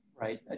Right